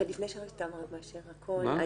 לפני שאתה מאשר הכול,